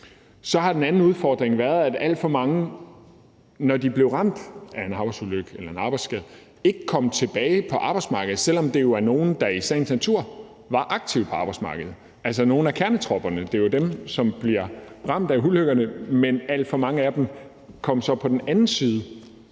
Så har den anden udfordring været, at alt for mange, når de blev ramt af en arbejdsulykke eller en arbejdsskade, ikke kom tilbage på arbejdsmarkedet, selv om det jo er nogle, der i sagens natur var aktive på arbejdsmarkedet, altså nogle af kernetropperne. Det er jo dem, som bliver ramt af ulykkerne, men alt for mange af dem kom så på den anden side